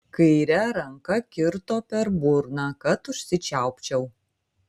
kaire ranka kirto per burną kad užsičiaupčiau